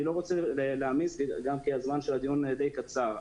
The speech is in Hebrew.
אני לא רוצה להעמיס כי זמן הדיון די קצר,